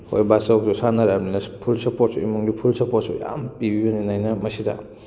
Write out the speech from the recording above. ꯑꯩꯈꯣꯏ ꯕꯥꯆꯧꯁꯨ ꯁꯥꯟꯅꯔꯑꯕꯅꯤꯅ ꯐꯨꯜ ꯁꯄꯣꯔꯠꯁꯨ ꯏꯃꯨꯡꯒꯤ ꯐꯨꯜ ꯁꯄꯣꯔꯠꯁꯨ ꯌꯥꯝ ꯄꯤꯕꯤꯕꯅꯤꯅ ꯑꯩꯅ ꯃꯁꯤꯗ